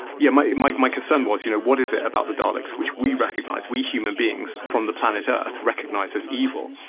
yeah my my concern was you know, what is it about the daleks which we recognise, we human beings, from the planet earth recognise as evil?